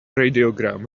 radiogram